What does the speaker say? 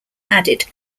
added